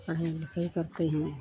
पढ़ाई लिखाई करते हैं